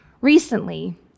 recently